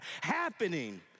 happening